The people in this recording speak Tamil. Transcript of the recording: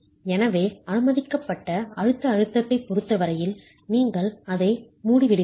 எனவே அனுமதிக்கப்பட்ட அழுத்த அழுத்தத்தைப் பொறுத்த வரையில் நீங்கள் அதை மூடிவிடுகிறீர்கள்